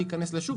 להיכנס לשוק.